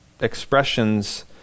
expressions